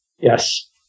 Yes